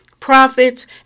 profits